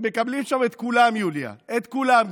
מקבלים שם את כולם, יוליה, את כולם.